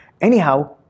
Anyhow